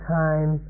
time